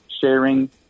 sharing